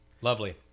Lovely